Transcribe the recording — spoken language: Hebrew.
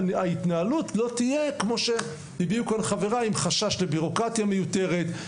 לא תהיה עם חשש לביורוקרטיה מיותרת,